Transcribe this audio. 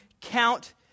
count